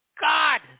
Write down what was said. God